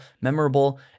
memorable